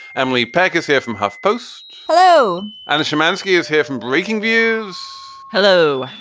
emily parker is here from huff post. hello. and the shymansky is here from breakingviews. hello.